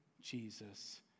Jesus